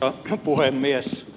arvoisa puhemies